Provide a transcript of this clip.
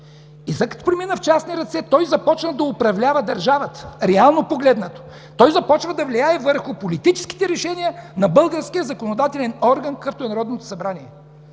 монопол, премина в частни ръце. След това той започна да управлява държавата, реално погледнато, той започна да влияе върху политическите решения на българския законодателен орган, какъвто е Народното събрание.